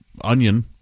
onion